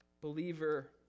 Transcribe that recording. believer